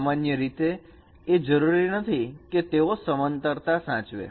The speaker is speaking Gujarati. સામાન્ય રીતે એ જરૂરી નથી કે તેઓ સમાનતરતા સાચવે